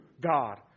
God